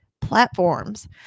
platforms